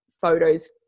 photos